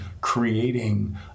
creating